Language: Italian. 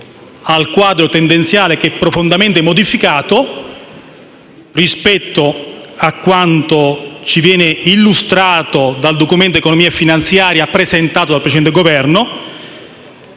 al quadro tendenziale che è profondamente modificato rispetto a quanto ci viene illustrato dal Documento di economia e finanza presentato dal precedente Governo,